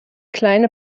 kleine